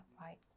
right